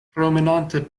promenante